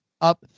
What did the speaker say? up